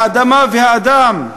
"האדמה והאדם",